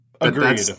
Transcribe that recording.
Agreed